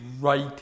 right